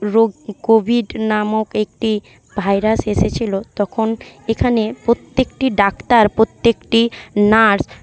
রোগ কোভিড নামক একটি ভাইরাস এসেছিলো তখন এখানে প্রত্যেকটি ডাক্তার প্রত্যেকটি নার্স